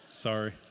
Sorry